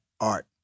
art